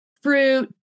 fruit